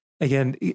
Again